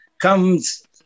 comes